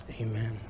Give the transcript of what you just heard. Amen